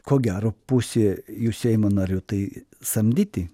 ko gero pusė jų seimo narių tai samdyti